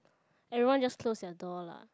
everyone just close their door lah